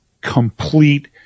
complete